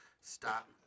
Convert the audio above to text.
stop